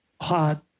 hot